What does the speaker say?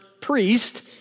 priest